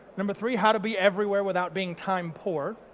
number three, how to be everywhere without being time-poor?